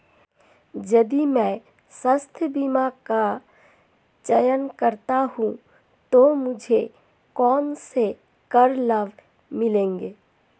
यदि मैं स्वास्थ्य बीमा का चयन करता हूँ तो मुझे कौन से कर लाभ मिलेंगे?